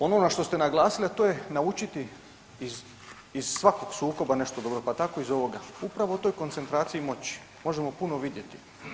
Ono na što ste naglasili, a to je naučiti iz svakog sukoba nešto dobro pa tako iz ovoga, upravo o toj koncentraciji moći možemo puno vidjeti.